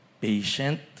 patient